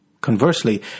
Conversely